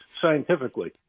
scientifically